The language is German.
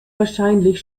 wahrscheinlich